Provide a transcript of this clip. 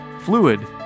fluid